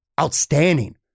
outstanding